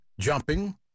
jumping